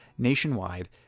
Nationwide